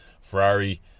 Ferrari